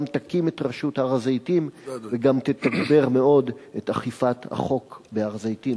גם תקים את רשות הר-הזיתים וגם תתגבר מאוד את אכיפת החוק בהר-הזיתים.